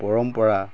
পৰম্পৰা